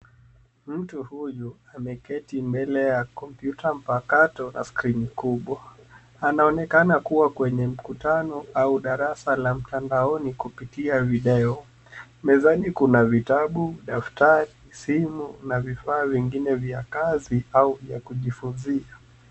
Mtu huyu ameketi mbele ya kompyuta mpakato, na skrini kubwa. Anaonekana kuwa kwenye mkutano au darasa la mtandaoni kupitia video. Mezani kuna vitabu, daftari, simu na vifaa vingine vya kazi au vya kujifunzia.